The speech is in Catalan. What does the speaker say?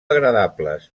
agradables